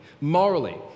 morally